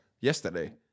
yesterday